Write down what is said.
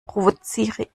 provoziere